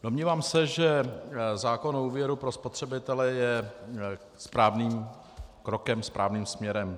Domnívám se, že zákon o úvěru pro spotřebitele je správným krokem správným směrem.